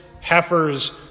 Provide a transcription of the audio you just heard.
heifers